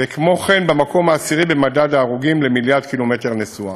וכמו כן במקום העשירי במדד ההרוגים למיליארד קילומטר נסועה.